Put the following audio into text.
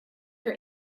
your